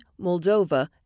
Moldova